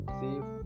save